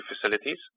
facilities